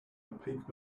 opaque